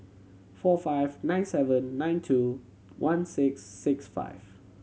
four five nine seven nine two one six six five